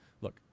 Look